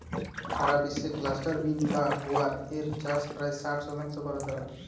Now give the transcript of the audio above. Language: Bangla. সারা বিশ্বে ক্লাস্টার বিন বা গুয়ার এর চাষের প্রায় ষাট শতাংশ ভারতে হয়